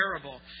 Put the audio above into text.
terrible